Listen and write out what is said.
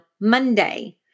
Monday